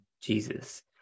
jesus